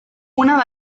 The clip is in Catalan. una